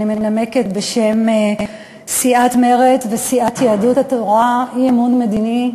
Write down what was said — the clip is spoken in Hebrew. אני מנמקת בשם סיעת מרצ וסיעת יהדות התורה אי-אמון מדיני,